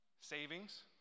Savings